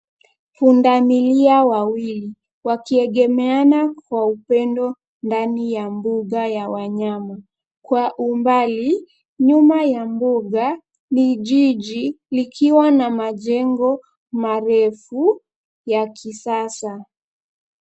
Punda milia wawili akiegemea a kwa upendo ndani ya mbuga ya wanyama. Kwa umbali nyuma ya mbuga ni jiji likiwa na majengo marefu ya kisasa.